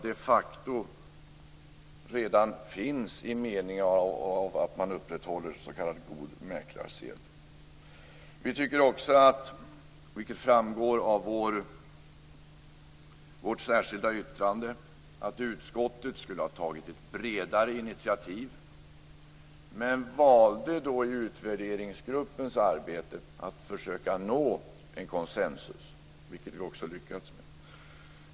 De finns redan genom upprätthållandet av god mäklarsed. Vi moderater tycker också - vilket framgår av vårt särskilda yttrande - att utskottet borde ha tagit ett bredare initiativ, men man valde utvärderinsgruppens arbete för att försöka nå en konsensus, vilket man också har lyckats med.